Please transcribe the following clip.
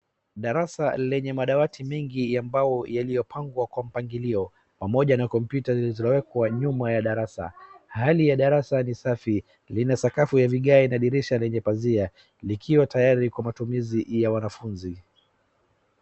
Darasa lenye madawati mengi ya mbao yaliyopangwa kwa mpangilio pamoja na kompyuta zilizowekwa nyuma ya darasa. Hali ya darasa ni safi, lina sakafu ya vigae na dirisha lenye pazia likiwa tayari liko matumizii ya wanafunzi.